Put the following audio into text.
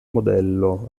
modello